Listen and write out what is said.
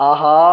Aha